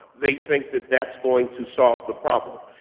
they think that that's going to solve the problem.